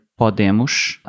PODEMOS